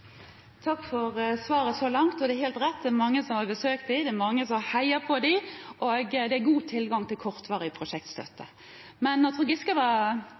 Takk for svaret så langt. Det er helt rett at det er mange som har besøkt dem, det er mange som har heiet på dem, og det er god tilgang på kortvarig prosjektstøtte. Men da Trond Giske var